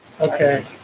Okay